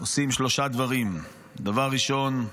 אנחנו עושים שלושה דברים: דבר ראשון,